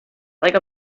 like